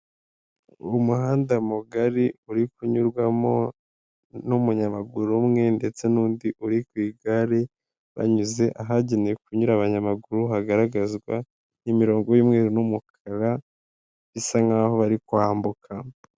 Uwo muhanda mugari uri kunyurwamo n'umunyamaguru umwe ndetse n'undi uri ku igare banyuze ahagenewe kunyura abanyamaguru hagaragazwa n'imirongo y'umweru n'umukara bisa nk'aho bari kwambuka.